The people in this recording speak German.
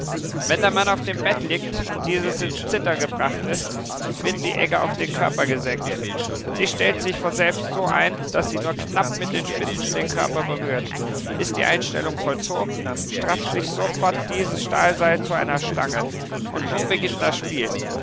wenn der mann auf dem bett liegt und dieses ins zittern gebracht ist wird die egge auf den körper gesenkt sie stellt sich von selbst so ein daß sie nur knapp mit den spitzen den körper berührt ist die einstellung vollzogen strafft sich sofort dieses stahlseil zu einer stange und nun beginnt das spiel